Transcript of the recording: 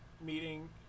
meeting